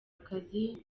akazi